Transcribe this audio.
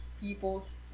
people's